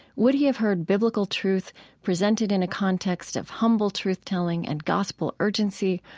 would he have heard biblical truth presented in a context of humble truth-telling and gospel urgency,